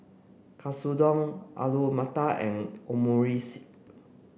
Katsudon Alu Matar and Omurice